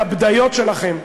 לבדיות שלכם.